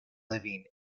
living